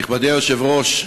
מכובדי היושב-ראש,